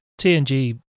TNG